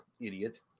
idiot